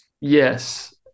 Yes